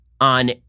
on